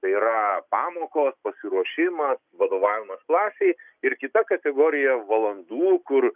tai yra pamokos pasiruošimą vadovavimas klasei ir kita kategorija valandų kur